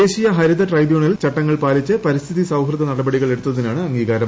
ദേശീയ ഹരിത ട്രൈബ്യൂണൽ ചട്ടങ്ങൾ പാലിച്ച് പരിസ്ഥിതി സൌഹൃദ നടപടികൾ എടുത്തിനാണ് അംഗീകാരം